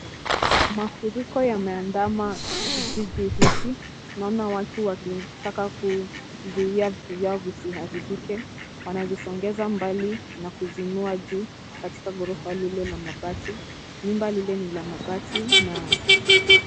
Mafuriko yameandama kijiji hiki, naona watu wakitaka kuzuia vitu vyao visiharibike, wanazisongeza mbali na kuzing'oa juu katika ghorofa lililo na mabati. Nyumba hili ni la mabati na ...